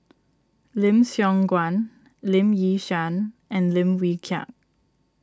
Lim Siong Guan Lee Yi Shyan and Lim Wee Kiak